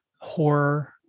horror